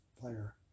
player